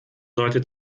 sollte